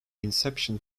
inception